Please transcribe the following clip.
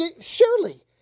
Surely